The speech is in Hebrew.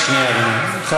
רק שנייה, אדוני.